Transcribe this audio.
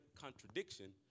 contradiction